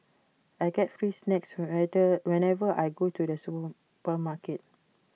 I get free snacks whatever whenever I go to the supermarket